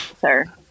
sir